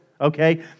Okay